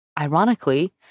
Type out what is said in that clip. ironically